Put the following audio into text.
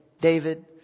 David